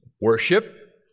worship